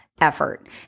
effort